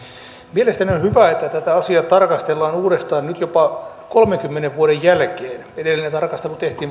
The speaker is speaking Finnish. mielestäni on hyvä että tätä asiaa tarkastellaan uudestaan nyt jopa kolmenkymmenen vuoden jälkeen edellinen tarkastelu tehtiin